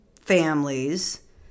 families